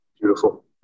Beautiful